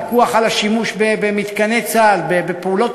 הפיקוח על השימוש במתקני צה"ל בפעולות